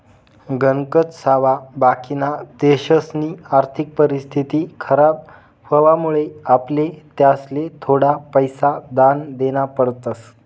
गणकच सावा बाकिना देशसनी आर्थिक परिस्थिती खराब व्हवामुळे आपले त्यासले थोडा पैसा दान देना पडतस